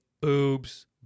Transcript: boobs